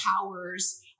powers